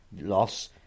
loss